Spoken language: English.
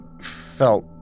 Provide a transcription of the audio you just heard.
felt